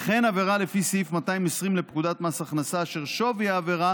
עבירה לפי סעיף 220 לפקודת מס הכנסה ששווי העבירה